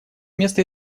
место